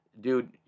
dude